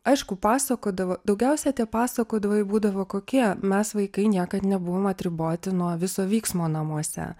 aišku pasakodavo daugiausia tai pasakodavo jei būdavo kokie mes vaikai niekad nebuvom atriboti nuo viso vyksmo namuose